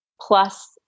plus